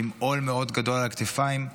עם עול מאוד גדול על הכתפיים,